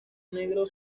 negro